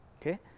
Okay